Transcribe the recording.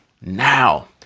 now